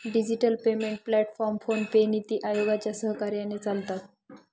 digital payment platform PhonePe, NITI आयोगाच्या सहकार्याने चालतात